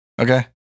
Okay